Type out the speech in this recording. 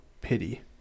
pity